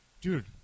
Dude